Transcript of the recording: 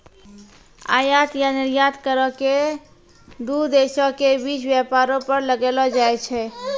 आयात या निर्यात करो के दू देशो के बीच व्यापारो पर लगैलो जाय छै